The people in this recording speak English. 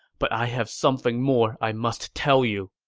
but i have something more i must tell you.